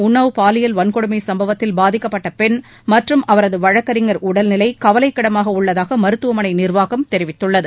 உன்னாவ் பாலியல் வன்கொடுமை சும்பவத்தில் பாதிக்கப்பட்ட பெண் மற்றும் அவரது வழக்கறிஞர் உடல்நிலை கவலைக்கிடமாக உள்ளதாக மருத்துவமனை நிர்வாகம் தெரிவித்துள்ளது